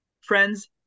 friends